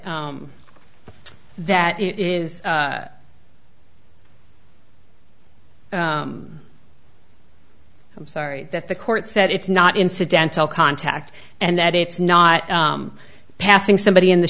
that it is i'm sorry that the court said it's not incidental contact and that it's not passing somebody in the